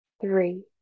three